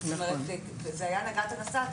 זה היה נגעת נסעת.